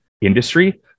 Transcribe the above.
industry